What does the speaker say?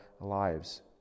lives